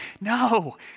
No